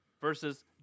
Versus